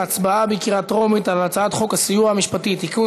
להצבעה בקריאה טרומית על הצעת חוק הסיוע המשפטי (תיקון,